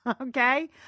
Okay